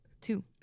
Two